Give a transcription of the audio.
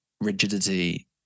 rigidity